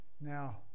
now